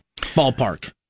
Ballpark